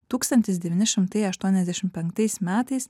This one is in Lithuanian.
tūkstantis devyni šimtai aštuoniasdešimt penktais metais